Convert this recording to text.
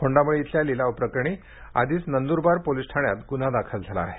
खोंडामळी इथल्या लिलावाप्रकरणी आधीच नंद्रबार पोलीस ठाण्यात गुन्हा दाखल झाला आहे